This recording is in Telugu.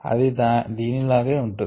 అది దీని లానే ఉంటుంది